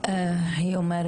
אני מאום